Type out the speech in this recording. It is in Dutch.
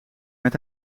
met